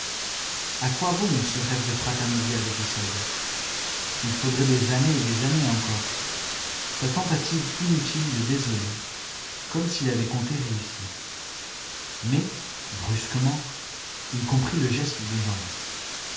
a quoi bon ce rêve de fraterniser avec les soldats il faudrait des années et des années encore sa tentative inutile le désolait comme s'il avait compté réussir mais brusquement il comprit le geste de jeanlin